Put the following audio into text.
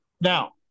Now